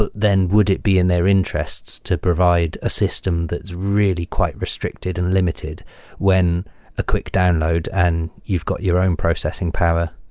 but then would it be in their interests to provide a system that's really quite restricted and limited when a quick download and you've got your own processing power?